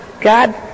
God